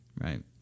right